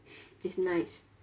it's nice